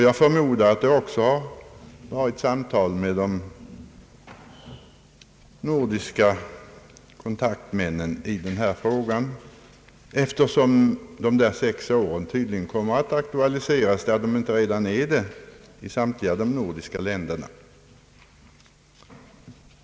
Jag förmodar att det också förekommit samtal med de nordiska kontaktmännen i denna fråga, eftersom frågan om ett straffmaximum på sex år tydligen kommer att aktualiseras — om den inte redan är aktualiserad — i samtliga de nordiska länderna.